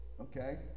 okay